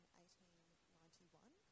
1891